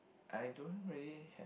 I don't really had